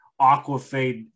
aquafade